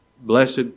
blessed